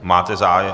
Máte zájem?